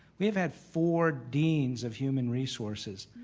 we have had four deans of human resources.